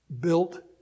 built